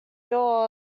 yours